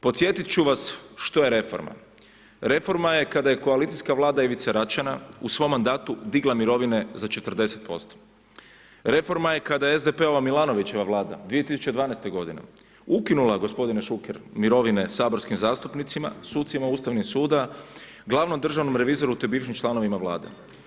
Podsjetit ću vas što je reforma, reforma je kada je koalicijska vlada Ivice Račana u svom mandatu digla mirovine za 40%, reforma je kada je SDP-ova Milanovićeva vlada 2012. ukinula gospodine Šuker mirovine saborskim zastupnicima, sucima ustavnih suda, glavnom državnom revizoru te bivšim članovima vlade.